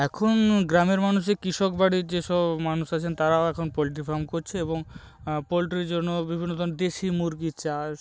এখন গ্রামের মানুষে কৃষক বাড়ির যেসব মানুষ আছেন তারাও এখন পোলট্রি ফার্ম করছে এবং পোলট্রির জন্য বিভিন্ন ধরুন দেশি মুরগি চাষ